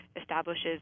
establishes